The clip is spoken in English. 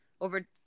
over